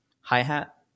hi-hat